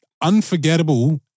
unforgettable